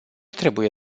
trebuie